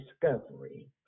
discovery